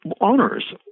owners